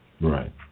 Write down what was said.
Right